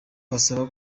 basaba